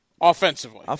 Offensively